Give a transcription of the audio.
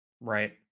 Right